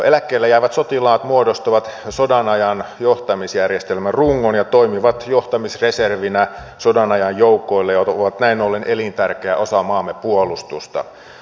eläkkeelle jäävät sotilaat muodostavat sodanajan johtamisjärjestelmän rungon ja toimivat johtamisreservinä sodanajan joukoille ja ovat näin ollen elintärkeä osa maamme puolustusta